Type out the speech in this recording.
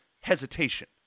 hesitation